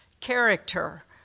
character